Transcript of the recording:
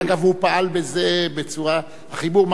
אגב, מה